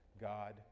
God